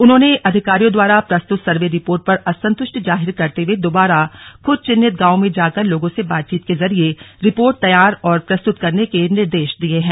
उन्होंने अधिकारियों द्वारा प्रस्तुत सर्वे रिपोर्ट पर असंतुष्टि जाहिर करते हुए दोबारा खुद चिन्हित गांवों में जाकर लोगों से बातचीत के जरिए रिपोर्ट तैयार और प्रस्तुत करने के निर्देश दिये हैं